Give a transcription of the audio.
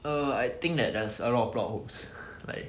err I think that does a lot of plot hoops like